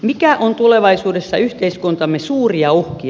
mikä on tulevaisuudessa yhteiskuntamme suuria uhkia